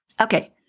Okay